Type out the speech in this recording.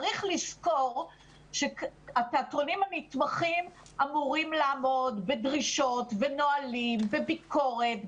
צריך לזכור שהתיאטרונים הנתמכים אמורים לעמוד בדרישות ונהלים וביקורת,